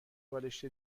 بالشت